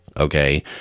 okay